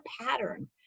pattern